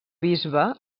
bisbe